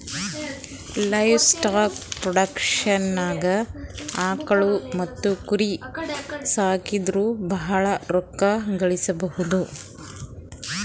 livestock ಪ್ರೊಡಕ್ಷನ್ದಾಗ್ ಆಕುಳ್ ಮತ್ತ್ ಕುರಿ ಸಾಕೊದ್ರಿಂದ ಭಾಳ್ ರೋಕ್ಕಾ ಗಳಿಸ್ಬಹುದು